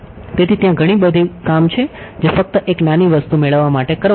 તેથી ત્યાં ઘણી બધુ કામ છે જે ફક્ત એક નાની વસ્તુ મેળવવા માટે કરવાનું છે